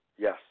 Yes